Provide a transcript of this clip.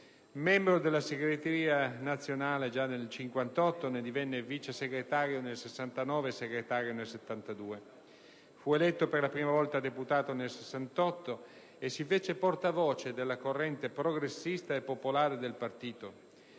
Membro della segreteria nazionale già nel 1958, ne divenne vice segretario nel 1969 e segretario nel 1972. Eletto per la prima volta deputato nel 1968, si fece portavoce della corrente progressista e popolare del partito.